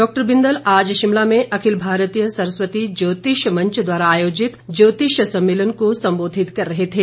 doctor Bindal आज शिमला में अखिल भारतीय सरस्वती ज्योतिष मंच द्वारा आयोजित ज्योतिष सम्मेलन को संबोधित कर रहे थे